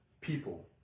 people